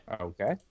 Okay